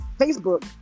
Facebook